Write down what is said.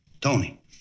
Tony